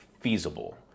feasible